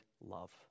love